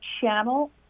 channel